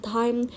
time